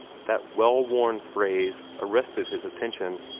that well-worn phrase arrested his attention,